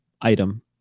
item